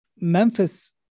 Memphis